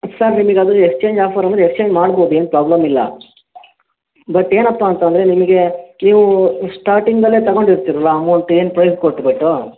sir ನಿಮಿಗೆ ಅದು exchange offer ಅಂದ್ರೆ ಎಕ್ಸ್ಚೇಂಜ್ ಮಾಡ್ಬೋದು ಏನು ಪ್ರಾಬ್ಲಮ್ ಇಲ್ಲ ಬಟ್ ಏನಪ್ಪ ಅಂತಂದರೆ ನಿಮಗೆ ನೀವು ಸ್ಟಾರ್ಟಿಂಗಲ್ಲೇ ತಗೊಂಡು ಇರ್ತೀರಲ್ಲ ಅಮೌಂಟ್ ಏನು ಪ್ರೈಸ್ ಕೊಟ್ಟುಬಿಟ್ಟು